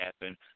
happen